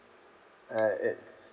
uh it's